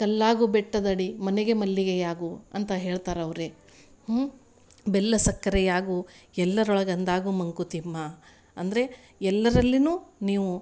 ಕಲ್ಲಾಗು ಬೆಟ್ಟದಡಿ ಮನೆಗೆ ಮಲ್ಲಿಗೆಯಾಗು ಅಂತ ಹೇಳ್ತಾರೆ ಅವರೆ ಹ್ಞೂ ಬೆಲ್ಲ ಸಕ್ಕರೆಯಾಗು ಎಲ್ಲರೊಳಗೊಂದಾಗು ಮಂಕುತಿಮ್ಮ ಅಂದರೆ ಎಲ್ಲಾರಲ್ಲಿ ನೀವು